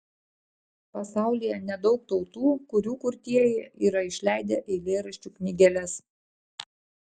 pasaulyje nedaug tautų kurių kurtieji yra išleidę eilėraščių knygeles